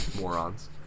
morons